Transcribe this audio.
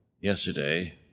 Yesterday